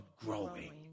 growing